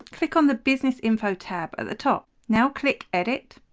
click on the business info tab at the top, now click edit